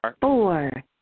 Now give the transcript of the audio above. four